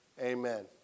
Amen